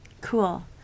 cool